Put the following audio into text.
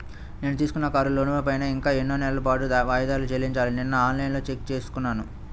నేను తీసుకున్న కారు లోనుపైన ఇంకా ఎన్ని నెలల పాటు వాయిదాలు చెల్లించాలో నిన్నఆన్ లైన్లో చెక్ చేసుకున్నాను